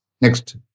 Next